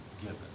given